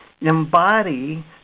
embody